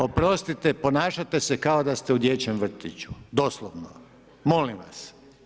Oprostite ponašate se kao da ste u dječjem vrtiću, doslovno, molim vas.